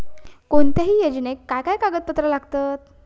कोणत्याही योजनेक काय काय कागदपत्र लागतत?